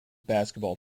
basketball